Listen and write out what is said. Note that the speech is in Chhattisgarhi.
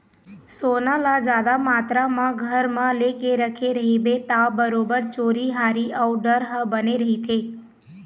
सोना ल जादा मातरा म घर म लेके रखे रहिबे ता बरोबर चोरी हारी अउ डर ह बने रहिथे